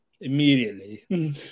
immediately